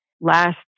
Last